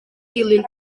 dilyn